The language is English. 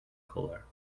caller